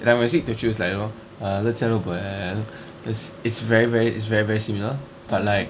like when I speak teochew it's like you know err le jia le bui it's it's very very it's very very similar but like err